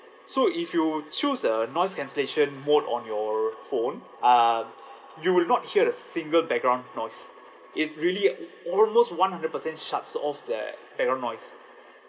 so if you choose a noise cancellation mode on your phone uh you will not hear a single background noise it really almost one hundred percent shuts off the background noise